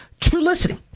Trulicity